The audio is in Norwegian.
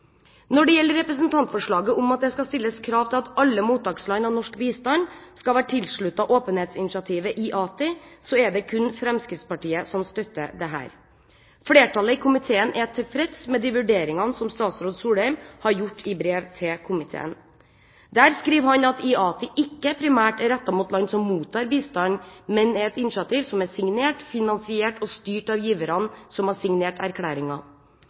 Når det gjelder representantforslaget om at det skal stilles krav om at alle mottakerland for norsk bistand skal være tilsluttet åpenhetsinitiativet IATI, er det kun Fremskrittspartiet som støtter dette. Flertallet i komiteen er tilfreds med de vurderingene som statsråd Solheim har gjort i brev til komiteen. Der skriver han at IATI ikke primært er rettet mot land som mottar bistand, men er et initiativ som er signert, finansiert og styrt av giverne som har signert